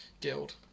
Guild